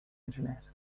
internet